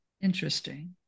Interesting